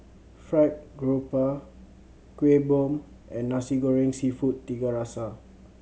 Fried Garoupa Kueh Bom and Nasi Goreng Seafood Tiga Rasa